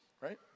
right